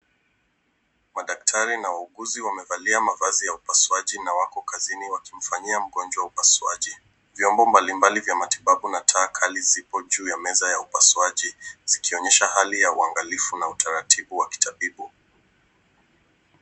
Madaktari na wauguzi wamevalia mavazi ya upasuaji na wako kazini wakimfanyia mgonjwa upasuaji. vyombo mbalimbali vya matibabu na taa kali zipo juu ya meza ya upasuaji zikionyesha hali ya uangalifu na utaratibu wa kitabibu.